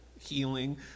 healing